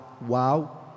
Wow